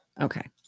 Okay